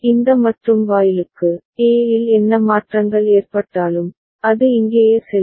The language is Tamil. இந்த மற்றும் வாயிலுக்கு A இல் என்ன மாற்றங்கள் ஏற்பட்டாலும் அது இங்கேயே செல்லும்